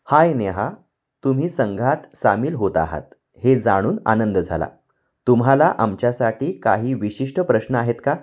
हाय नेहा तुम्ही संघात सामील होत आहात हे जाणून आनंद झाला तुम्हाला आमच्यासाठी काही विशिष्ट प्रश्न आहेत का